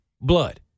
Blood